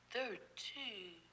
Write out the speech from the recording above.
Thirteen